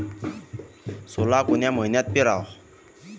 सोला कोन्या मइन्यात पेराव?